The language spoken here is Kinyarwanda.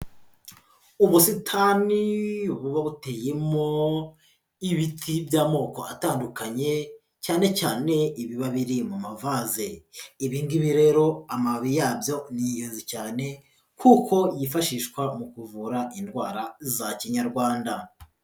Ubusitani buba buteyemo ibiti by'amoko atandukanye, cyane cyane ibiba biri mu mavaze. Ibi ngibi rero amababi yabyo ni ingenzi cyane, kuko yifashishwa mu kuvura indwara za Kinyarwanda.